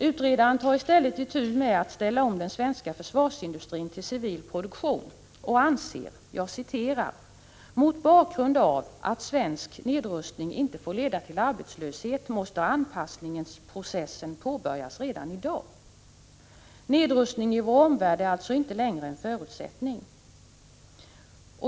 Utredaren tar i stället itu med att ställa om den svenska försvarsindustrin till civil produktion och anser: Mot bakgrund av att svensk nedrustning inte får leda till arbetslöshet måste anpassningsprocessen påbörjas redan i dag. Nedrustning i vår omvärld är alltså inte längre en förutsättning.